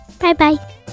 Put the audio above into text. Bye-bye